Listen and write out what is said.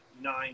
nine